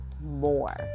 more